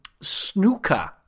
snooker